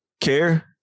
care